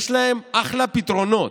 יש להם אחלה פתרונות.